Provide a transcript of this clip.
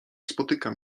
spotykam